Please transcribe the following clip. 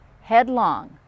headlong